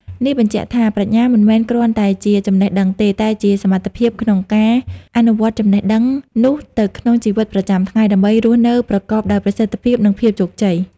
នេះបញ្ជាក់ថា ប្រាជ្ញាមិនមែនគ្រាន់តែជាចំណេះដឹងទេ តែជាសមត្ថភាពក្នុងការអនុវត្តចំណេះដឹងនោះទៅក្នុងជីវិតប្រចាំថ្ងៃ ដើម្បីរស់នៅប្រកបដោយប្រសិទ្ធភាព និងភាពជោគជ័យ។